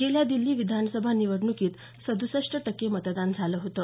गेल्या दिल्ली विधानसभा निवडणुकीत सद्सष्ट टक्के मतदान झालं होतं